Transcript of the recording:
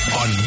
on